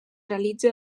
realitza